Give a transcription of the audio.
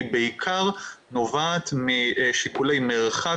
הבעיה בעיקר נובעת משיקולי מרחק,